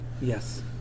yes